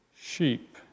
Sheep